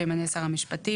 שימנה שר המשפטים,